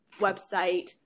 website